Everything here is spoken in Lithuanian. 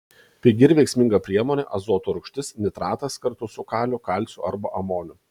pigi ir veiksminga priemonė azoto rūgštis nitratas kartu su kaliu kalciu arba amoniu